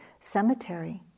cemetery